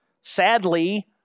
sadly